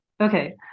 okay